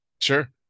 Sure